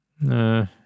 No